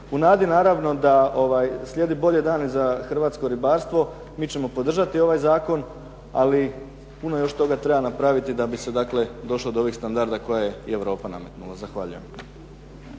U nadi naravno da slijede bolji dani za hrvatsko ribarstvo mi ćemo podržati ovaj zakon, ali puno još toga treba napraviti da bi se dakle došlo do ovih standarda koje je Europa nametnula. Zahvaljujem.